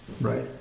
right